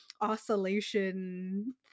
oscillation